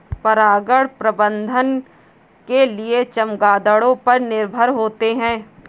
परागण प्रबंधन के लिए चमगादड़ों पर निर्भर होते है